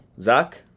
Zach